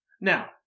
Now